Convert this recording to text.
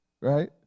Right